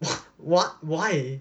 what why